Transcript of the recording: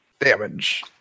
damage